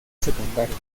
secundaria